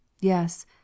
yes